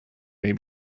may